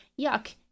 yuck